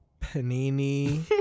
panini